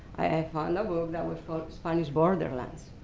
i found a book that was called spanish borderlands,